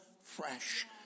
fresh